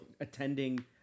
attending